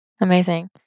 Amazing